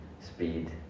speed